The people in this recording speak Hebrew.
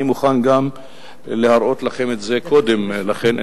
אני מוכן גם להראות לכם את זה קודם לכן.